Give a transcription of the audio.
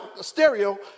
stereo